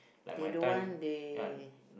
they don't want they